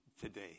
today